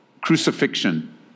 crucifixion